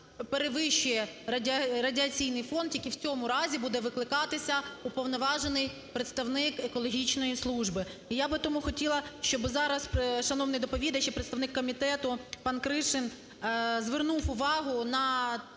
я би тому хотіла, щоби зараз шановний доповідач і представник комітету пан Кришин звернув увагу на цю поправку і на